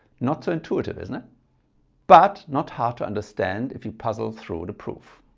not so intuitive isn't it but not hard to understand if you puzzle through the proof.